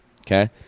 okay